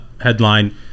Headline